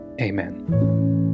amen